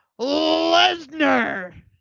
Lesnar